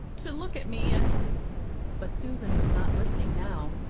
to look at me, and but susan was not listening now.